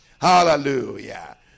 Hallelujah